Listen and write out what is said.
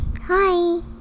Hi